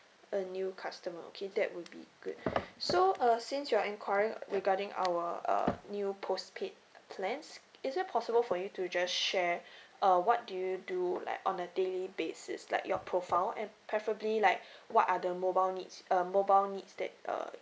a new customer okay that would be good so uh since you are enquiring regarding our uh new postpaid plans is it possible for you to just share uh what do you do like on a daily basis like your profile and preferably like what are the mobile needs uh mobile needs that uh